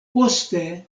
poste